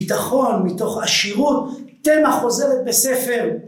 ביטחון, מתוך עשירות, תמה חוזרת בספר